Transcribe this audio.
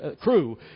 crew